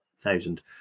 thousand